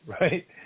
right